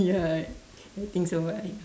ya I think so why